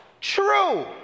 True